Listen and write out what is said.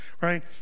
right